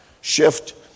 shift